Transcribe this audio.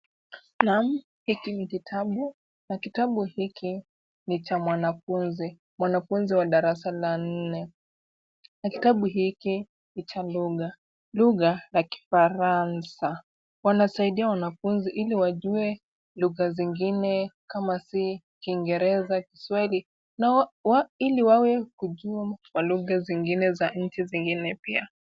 Naam, hiki ni kitambu, na kitambo hiki ni cha mwanafunzi, mwanafunzi wa darasa la 4. Na kitabu hiki ni cha lugha, lugha ya kifaransa, wanasaidia wanafunzi ili wajue lugha zingine kama si Kiingereza, Kiswahili, na ili wawe kujua kwa lugha zingine za nchi zingine pia.